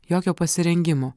jokio pasirengimo